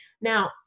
Now